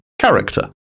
character